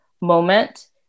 moment